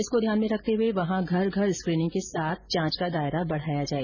इसको ध्यान में रखते हुए वहां घर घर स्क्रीनिंग के साथ जांच का दायरा बढाया जाए